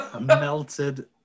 melted